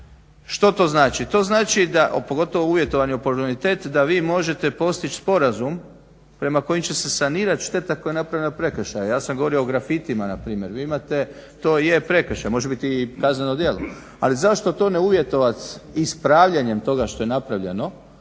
Što to znači? To znači a pogotovo uvjetovanje u oportunitet da vi možete postići sporazum prema kojem će se sanirati šteta koja je napravljena prekršajem. Ja sam govorio o grafitima npr. to je prekršaj, može biti i kazneno djelo, ali zašto to ne uvjetovat ispravljanjem toga što je napravljeno